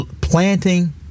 planting